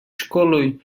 школой